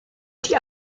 die